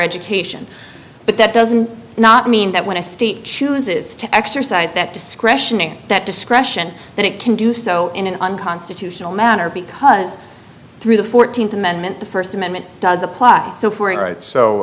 education but that doesn't not mean that when a state chooses to exercise that discretion that discretion that it can do so in an unconstitutional manner because through the fourteenth amendment the first amendment does apply